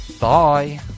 bye